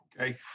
okay